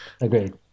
Agreed